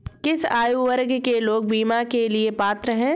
किस आयु वर्ग के लोग बीमा के लिए पात्र हैं?